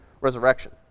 resurrection